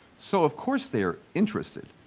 so of course they are interested.